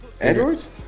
Androids